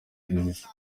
isi